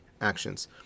actions